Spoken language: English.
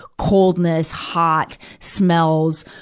coldness, hot, smells,